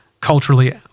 culturally